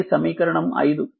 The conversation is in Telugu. ఇది సమీకరణం 5